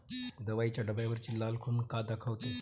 दवाईच्या डब्यावरची लाल खून का दाखवते?